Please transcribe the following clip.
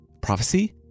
prophecy